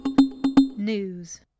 News